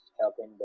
helping